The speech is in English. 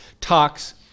Talks